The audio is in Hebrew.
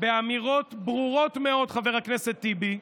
באמירות ברורות מאוד, חבר הכנסת טיבי,